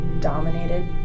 dominated